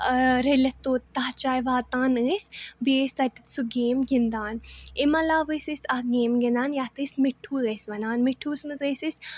رٔلِتھ توٚت تتھ جایہِ واتان ٲسۍ بیٚیہِ ٲسۍ تَتٮ۪تھ سُہ گیم گِنٛدان اَمہِ علاوٕ ٲسۍ أسۍ اکھ گیم گِنٛدان یَتھ أسۍ مِٹھوٗ ٲسۍ وَنان مِٹھوٗ وَس منٛز ٲسۍ أسۍ